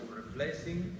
replacing